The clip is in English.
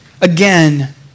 again